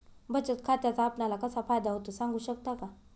बचत खात्याचा आपणाला कसा फायदा होतो? सांगू शकता का?